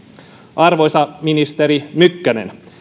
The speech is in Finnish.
arvoisa ministeri mykkänen